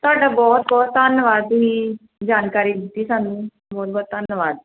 ਤੁਹਾਡਾ ਬਹੁਤ ਬਹੁਤ ਧੰਨਵਾਦ ਤੁਸੀਂ ਜਾਣਕਾਰੀ ਦਿੱਤੀ ਸਾਨੂੰ ਬਹੁਤ ਬਹੁਤ ਧੰਨਵਾਦ